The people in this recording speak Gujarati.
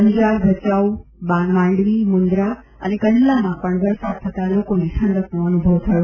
અંજાર ભચાઉ માંડવી મુંદ્રા અને કંડલામાં પણ વરસાદ થતા લોકોને ઠંડકનો અનુભવ થયો